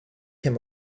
him